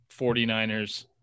49ers